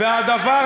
והדבר,